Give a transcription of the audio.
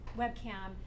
webcam